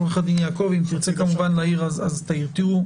עורך דין יעקבי, אם תרצה כמובן להעיר, אז תעיר.